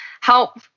help